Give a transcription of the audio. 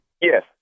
Yes